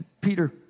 Peter